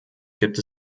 gibt